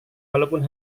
walaupun